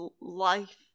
life